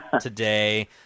today